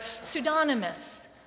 pseudonymous